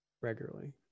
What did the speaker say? regularly